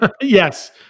yes